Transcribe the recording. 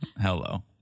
Hello